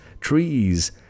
trees